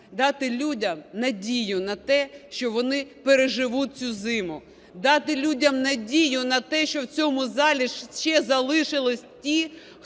дати людям надію на те, що вони переживуть цю зиму, дати людям надію на те, що в цьому залі ще залишились ті,